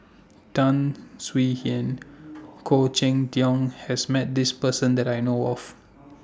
Tan Swie Hian Khoo Cheng Tiong has Met This Person that I know of